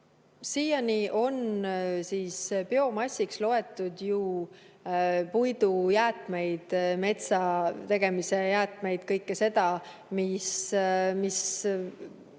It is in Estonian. Siiani on biomassiks loetud ju puidujäätmeid, metsategemise jäätmeid, kõike seda, mis